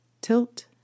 tilt